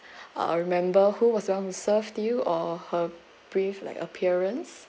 uh remember who was the one serve you or her brief like appearance